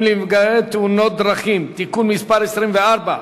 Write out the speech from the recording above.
לנפגעי תאונות דרכים (תיקון מס' 24),